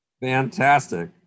Fantastic